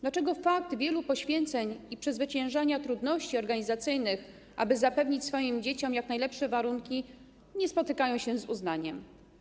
Dlaczego wiele faktycznych poświęceń i przezwyciężanie trudności organizacyjnych, aby zapewnić swoim dzieciom jak najlepsze warunki, nie spotykają się z uznaniem?